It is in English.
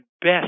best